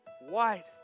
white